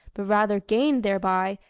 but rather gained thereby,